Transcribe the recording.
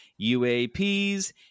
UAPs